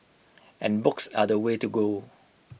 and books are the way to go